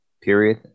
period